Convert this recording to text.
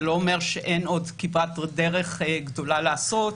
זה לא אומר שאין עוד כברת דרך גדולה לעשות,